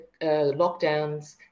lockdowns